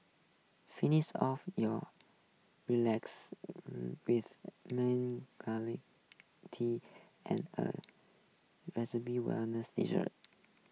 finish off your relax with tea and a wellness dessert